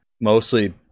mostly